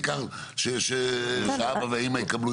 העיקר שיהיה להם מטפל.